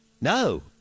no